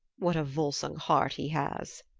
what a volsung heart he has!